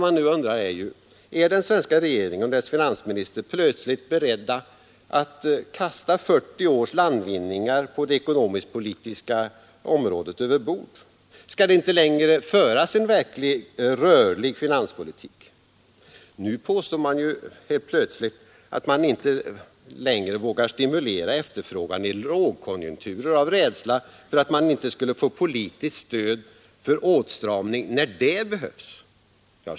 Man undrar nu: Är den svenska regeringen och dess finansminister plötsligt beredda att kasta 40 års landvinningar på det ekonomisk-politiska området överbord? Skall det inte längre föras en verkligt rörlig finanspolitik? Nu påstår man ju helt plötsligt att man inte längre vågar stimulera efterfrågan i lågkonjunkturer av rädsla för att man inte skulle få politiskt stöd för åtstramning när det behövs.